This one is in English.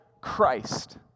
Christ